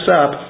up